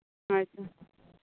ᱟᱪᱪᱷᱟ